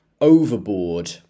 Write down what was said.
Overboard